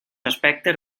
aspectes